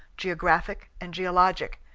geographic and geologic,